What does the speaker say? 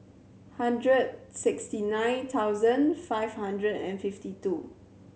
hundred sixty nine thousand five hundred and fifty two